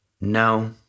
No